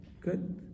good